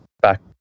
back